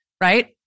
Right